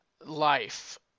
life